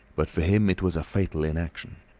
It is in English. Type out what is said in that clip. but for him it was a fatal inaction.